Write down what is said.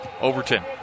Overton